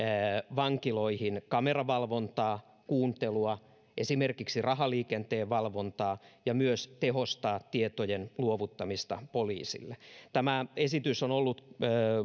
vankiloihin kameravalvontaa kuuntelua ja esimerkiksi rahaliikenteen valvontaa ja myös tehostaa tietojen luovuttamista poliisille tämä esitys on ollut